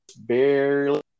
barely